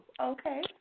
okay